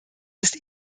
ist